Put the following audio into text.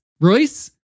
Royce